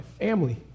family